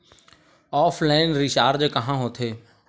Offline recharge कहां होथे?